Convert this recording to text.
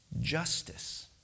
Justice